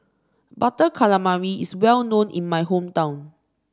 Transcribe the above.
Butter Calamari is well known in my hometown